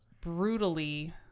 brutally